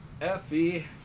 Effie